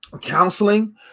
counseling